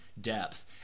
depth